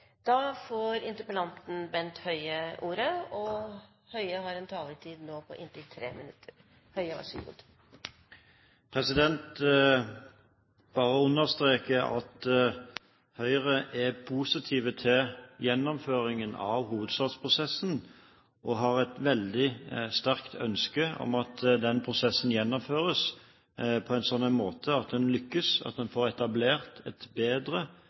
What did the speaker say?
bare understreke at Høyre er positive til gjennomføringen av hovedstadsprosessen og har et veldig sterkt ønske om at den prosessen gjennomføres på en sånn måte at en lykkes, at en får etablert et bedre